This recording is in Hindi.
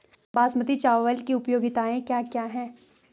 बासमती चावल की उपयोगिताओं क्या क्या हैं?